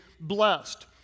blessed